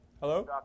Hello